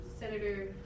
Senator